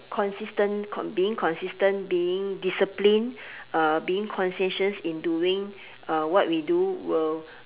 consistent con~ being consistent being disciplined uh being conscientious in doing uh what we do will